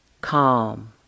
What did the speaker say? calm